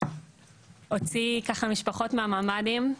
הוציא משפחות מהממ"דים,